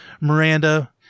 Miranda